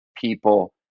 people